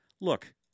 Look